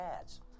ads